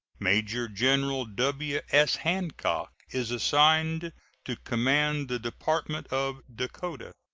major-general w s. hancock is assigned to command the department of dakota.